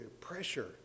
Pressure